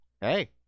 Hey